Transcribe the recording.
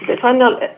final